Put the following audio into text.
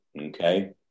Okay